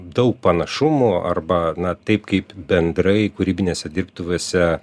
daug panašumų arba na taip kaip bendrai kūrybinėse dirbtuvėse